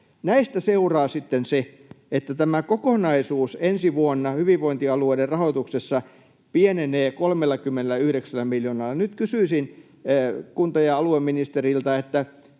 Näistä seuraa sitten se, että tämä kokonaisuus ensi vuonna hyvinvointialueiden rahoituksessa pienenee 39 miljoonalla. Nyt kysyisin kunta- ja alueministeriltä: